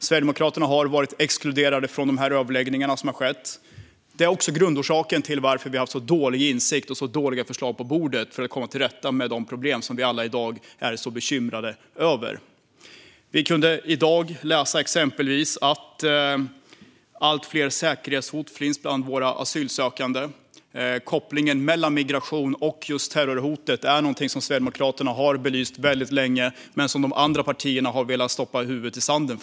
Sverigedemokraterna har varit exkluderade från de överläggningar som har skett. Det är också grundorsaken till att insikten har varit så dålig och att förslagen på bordet har varit så dåliga vad gäller att komma till rätta med de problem som vi alla i dag är bekymrade över. Vi har till exempel i dag kunnat läsa om att allt fler säkerhetshot finns bland de asylsökande. Kopplingen mellan migration och terrorhotet är något som Sverigedemokraterna har belyst väldigt länge. Men de andra partierna har velat stoppa huvudet i sanden.